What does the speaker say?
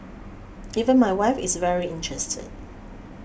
even my wife is very interested